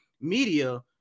media